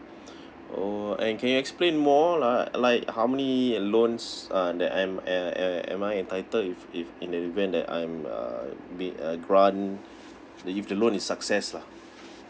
orh and can explain more like like how many loans uh that I'm am am I entitle if if in the event that I'm uh with a grant if the loan is success lah